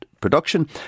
production